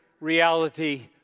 reality